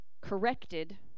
corrected